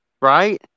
right